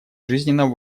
жизненно